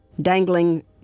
Dangling